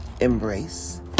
embrace